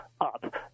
up